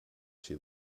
she